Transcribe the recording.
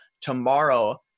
tomorrow